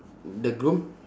the groom